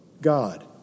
God